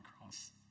cross